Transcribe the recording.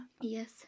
Yes